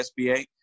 sba